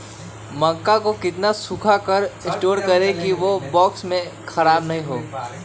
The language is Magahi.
मक्का को कितना सूखा कर स्टोर करें की ओ बॉक्स में ख़राब नहीं हो?